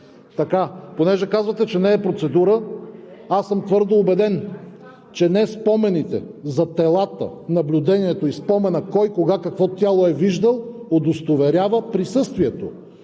е. Понеже казвате, че не е процедура аз съм твърдо убеден, че спомените днес за телата, наблюдението и спомена, кой кога какво тяло е виждал, удостоверяват присъствието.